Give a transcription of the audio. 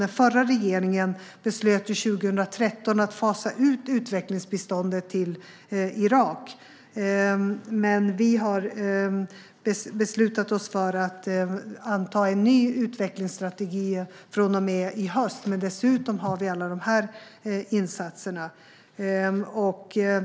Den förra regeringen beslutade 2013 att fasa ut utvecklingsbiståndet till Irak, men vi har beslutat oss för att anta en ny utvecklingsstrategi från och med i höst. Dessutom har vi alla dessa insatser.